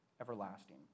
everlasting